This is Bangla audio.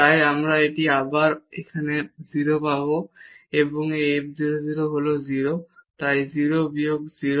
তাই আমরা এটি আবার এখানে 0 পাব এবং এই f 0 0 হল 0 তাই 0 বিয়োগ 0